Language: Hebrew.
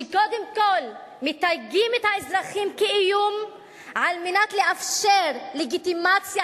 שקודם כול מתייגים את האזרחים כאיום כדי לאפשר לגיטימציה